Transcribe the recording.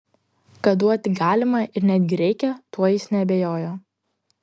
kad duoti galima ir netgi reikia tuo jis neabejojo